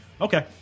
Okay